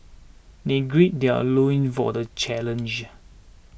they greed their loins for the challenge